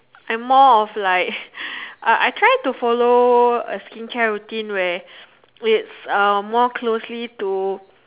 I'm more of like uh I try to follow a skincare routine where it's uh more closely to